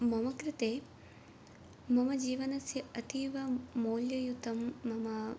मम कृते मम जीवनस्य अतीव मौल्ययुतं मम